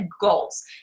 goals